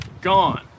gone